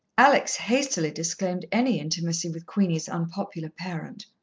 alex hastily disclaimed any intimacy with queenie's unpopular parent.